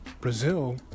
Brazil